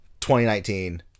2019